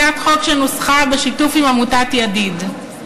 הצעת חוק שנוסחה בשיתוף עמותת "ידיד".